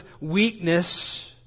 weakness